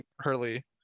Hurley